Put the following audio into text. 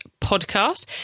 podcast